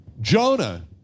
Jonah